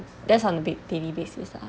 that's on a b~ daily basis